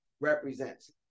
represents